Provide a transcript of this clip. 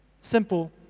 Simple